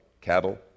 cattle